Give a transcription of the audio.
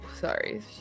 Sorry